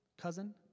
cousin